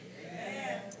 Amen